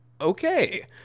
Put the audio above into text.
okay